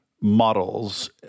models